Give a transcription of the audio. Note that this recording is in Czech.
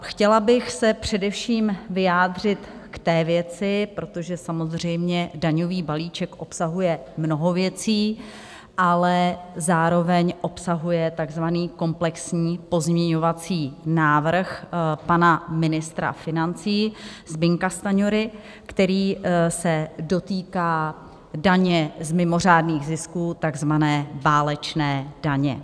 Chtěla bych se především vyjádřit k té věci protože samozřejmě daňový balíček obsahuje mnoho věcí, ale zároveň obsahuje tak zvaný komplexní pozměňovací návrh pana ministra financí Zbyňka Stanjury, který se dotýká daně z mimořádných zisků, takzvané válečné daně.